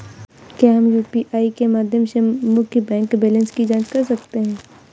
क्या हम यू.पी.आई के माध्यम से मुख्य बैंक बैलेंस की जाँच कर सकते हैं?